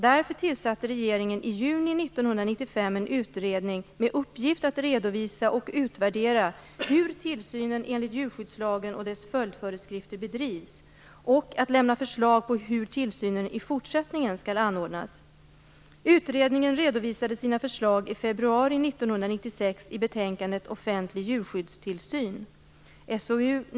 Därför tillsatte regeringen i juni 1995 en utredning med uppgift att redovisa och utvärdera hur tillsynen enligt djurskyddslagen och dess följdföreskrifter bedrivs och att lämna förslag på hur tillsynen i fortsättningen skall anordnas. Utredningen redovisade sina förslag i februari 1996 i betänkandet Offentlig djurskyddstillsyn .